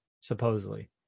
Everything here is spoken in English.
Supposedly